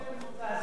מאה אחוז,